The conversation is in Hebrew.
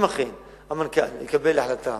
אם אכן המנכ"ל יקבל החלטה